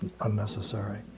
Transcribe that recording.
unnecessary